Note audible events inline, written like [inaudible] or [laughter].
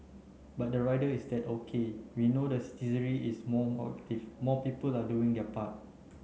but the rider is that OK we know that [unintelligible] is more active more people are doing their part